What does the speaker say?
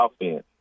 offense